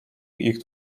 ich